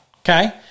okay